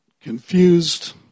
confused